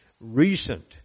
recent